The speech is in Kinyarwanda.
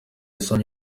rusange